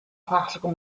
classical